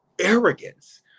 arrogance